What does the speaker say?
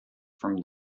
from